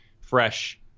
fresh